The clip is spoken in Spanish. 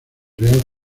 real